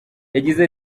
yagize